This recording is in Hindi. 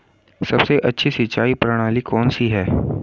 सबसे अच्छी सिंचाई प्रणाली कौन सी है?